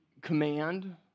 command